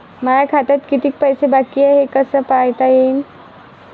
माया खात्यात कितीक पैसे बाकी हाय हे कस पायता येईन?